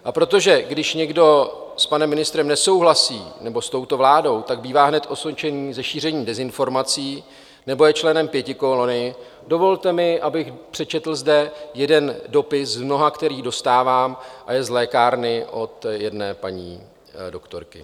A protože, když někdo s panem ministrem nesouhlasí nebo s touto vládou, bývá hned osočený ze šíření dezinformací nebo je členem pětikolony, dovolte mi, abych zde přečetl jeden dopis z mnoha, který dostávám, a je z lékárny od jedné paní doktorky: